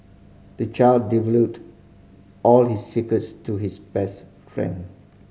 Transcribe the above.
the child divulged all his secrets to his best friend